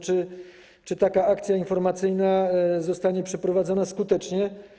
Czy taka akcja informacyjna zostanie przeprowadzona skutecznie?